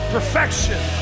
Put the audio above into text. Perfection